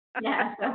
Yes